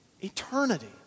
Eternity